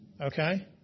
Okay